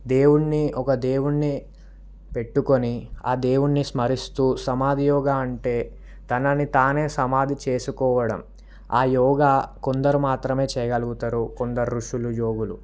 దేవుణ్ణి ఒక దేవుణ్ణి పెట్టుకొని ఆ దేవుణ్ణి స్మరిస్తూ సమాధి యోగా అంటే తనని తానే సమాధి చేసుకోవడం ఆ యోగా కొందరు మాత్రమే చేయగలుగుతారు కొందరు ఋషులు యోగులు